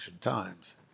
times